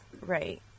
right